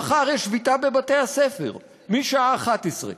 מחר יש שביתה בבתי-הספר משעה 11:00,